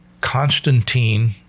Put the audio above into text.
constantine